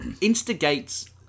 instigates